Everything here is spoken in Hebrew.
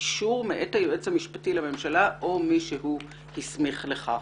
אישור מאת היועץ המשפטי לממשלה או מי שהוא הסמיך לכך.